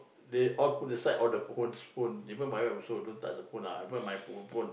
they all put aside all the phones phone even my wife also don't touch the phone ah I brought my own phone